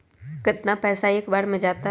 कितना पैसा एक बार में जाता है?